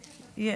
אחר.